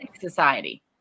society